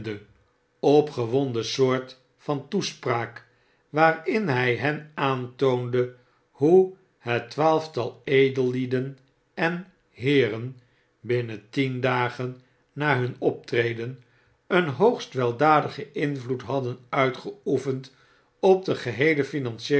soort van toespraak waarin hy hen aantoonde hoe het twaalftal edellieden en heeren binnentien dagennahun optreden een hoogst weldadigen invloed hadden uitgeoefend op den geheelen